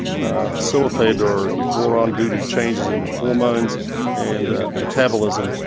facilitated or brought on due to changes in hormones and metabolism.